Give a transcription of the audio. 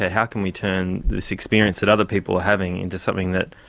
ah how can we turn this experience that other people are having into something that,